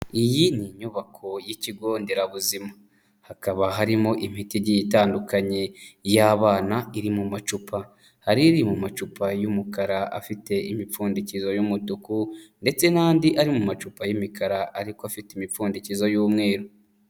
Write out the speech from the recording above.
Iyi ni inyubako y'ikigo nderabuzima hakaba harimo imiti igiye itandukanye y'abana iri mu macupa, hari iri mu macupa y'umukara afite imipfundikizo y'umutuku ndetse n'andi ari mu macupa y'imikara ariko afite imipfundikizo y'umweru.